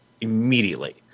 immediately